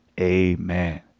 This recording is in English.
Amen